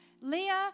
Leah